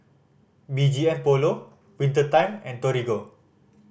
B G M Polo Winter Time and Torigo